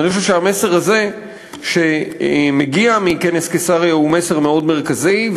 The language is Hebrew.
ואני חושב שהמסר הזה שמגיע מכנס קיסריה הוא מסר מאוד מרכזי.